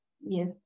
Yes